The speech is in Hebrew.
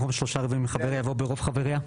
במקום 'שלושה רבעים מחבריה' יבוא 'ברוב חבריה'.